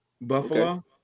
Buffalo